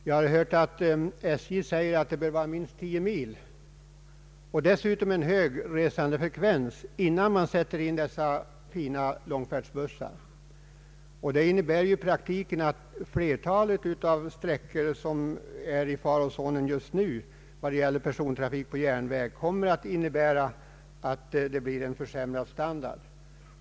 Jag har hört sägas att SJ anser att det bör vara linjer på minst 10 mil, dessutom med en hög resandefrekvens, för att man skall sätta in dessa moderna långfärdsbussar. Det innebär i praktiken att flertalet av de sträckor som är i farozonen just nu vad gäller persontrafik på järnväg kommer att få en försämrad standard.